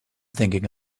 thinking